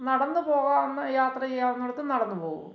നടന്ന് പോകാവുന്ന യാത്രചെയ്യാവുന്നിടത്ത് നടന്നുപോവും